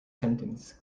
sentence